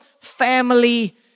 family